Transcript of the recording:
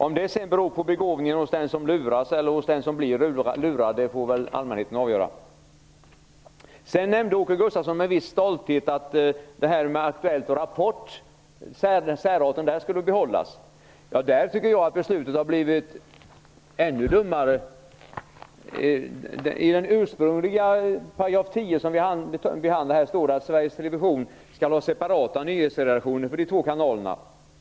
Om det sedan beror på begåvningen hos den som luras eller hos den som blir lurad får väl allmänheten avgöra. Åke Gustavsson nämnde med viss stolthet att särarterna hos Aktuellt och Rapport skulle behållas. Jag tycker att det förslaget är ännu dummare. I den ursprungliga 10 § som vi behandlar här står det att Sveriges Television skall ha separata nyhetsredaktioner för de två kanalerna.